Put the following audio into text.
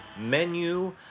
menu